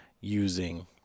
using